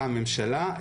שנקרא הממשלה,